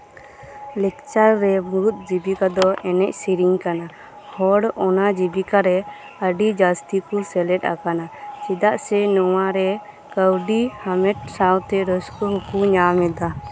ᱞᱟᱠᱪᱟᱨ ᱨᱮ ᱢᱩᱬᱩᱫ ᱡᱤᱵᱤᱠᱟ ᱫᱚ ᱮᱱᱮᱡ ᱥᱮᱹᱨᱮᱹᱧ ᱠᱟᱱᱟ ᱦᱚᱲ ᱚᱱᱟ ᱡᱤᱵᱤᱠᱟ ᱨᱮ ᱟᱹᱰᱤ ᱡᱟᱹᱥᱛᱤ ᱠᱚ ᱥᱮᱞᱮᱫ ᱟᱠᱟᱱᱟ ᱪᱮᱫᱟᱜ ᱥᱮ ᱱᱚᱶᱟ ᱨᱮ ᱠᱟᱹᱣᱰᱤ ᱦᱟᱢᱮᱴ ᱥᱟᱶᱛᱮ ᱨᱟᱹᱥᱠᱟᱹ ᱦᱚᱸᱠᱚ ᱧᱟᱢ ᱮᱫᱟ